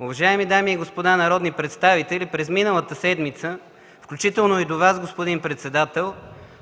Уважаеми дами и господа народни представители! През миналата седмица, включително и до Вас, господин председател,